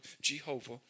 Jehovah